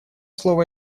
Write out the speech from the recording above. слово